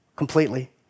Completely